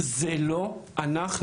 לא יודע, זה לא אנחנו.